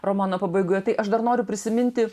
romano pabaigoje tai aš dar noriu prisiminti